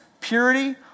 purity